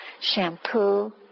Shampoo